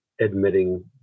admitting